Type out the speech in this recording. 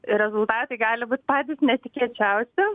rezultatai gali būt patys netikėčiausi